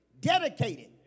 dedicated